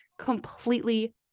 completely